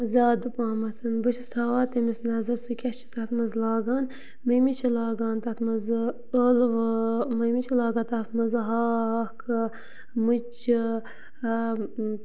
زیادٕ پَہمَتھ بہٕ چھَس تھاوان تٔمِس نظر سُہ کیاہ چھِ تَتھ منٛز لاگان مٔمی چھےٚ لاگان تتھ منٛز ٲلوٕ مٔمی چھِ لاگان تَتھ مَنٛزٕ ہاکھ مُچہِ